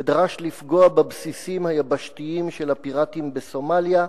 ודרש לפגוע בבסיסים היבשתיים של הפיראטים בסומליה,